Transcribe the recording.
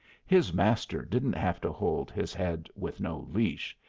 his master didn't have to hold his head with no leash.